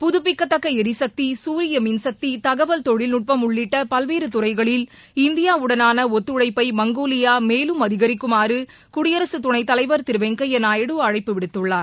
புதுபிக்கத்தக்க எரிசக்தி சூரிய மின்சக்தி தகவல் தொழில்நுட்பம் உள்ளிட்ட பல்வேறு துறைகளில் இந்தியாவுடனான ஒத்துழைப்பை மங்கோலியா மேலும் அதிகரிக்குமாறு குடியரசுத் துணை தலைவர் திரு வெங்கைய்யா நாயுடு அழைப்பு விடுத்துள்ளார்